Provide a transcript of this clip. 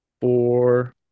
four